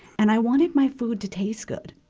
and i wanted my food to taste good,